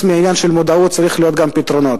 מעניין המודעות צריכים להיות גם פתרונות,